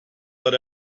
but